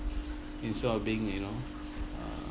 instead of being you know uh